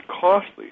costly